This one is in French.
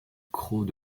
crot